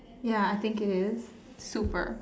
ya I think it is super